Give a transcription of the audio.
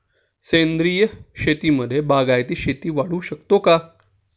सेंद्रिय शेतीमध्ये बागायती शेती वाढवू शकतो का?